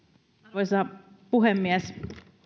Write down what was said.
arvoisa puhemies